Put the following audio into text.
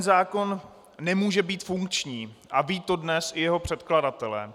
Zákon nemůže být funkční a vědí to dnes i jeho předkladatelé.